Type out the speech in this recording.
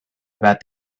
about